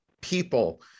people